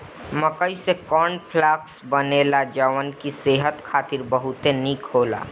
मकई से corn flakes बनेला जवन की सेहत खातिर बहुते निक होला